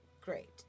Great